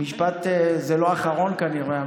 לא אחרון, כנראה.